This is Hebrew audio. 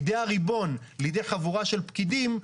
מידי הריבון לידי חבורה של פקידים,